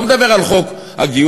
לא מדבר על חוק הגיוס,